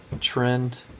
trend